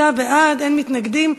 שישה בעד, אין מתנגדים.